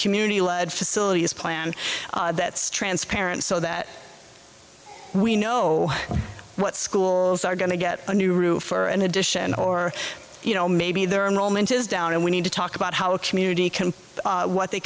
community led facilities plan that's transparent so that we know what schools are going to get a new roof for in addition or you know maybe there are no mentors down and we need to talk about how community can what they